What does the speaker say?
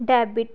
debit